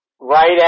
right